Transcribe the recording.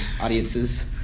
Audiences